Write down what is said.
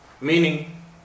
meaning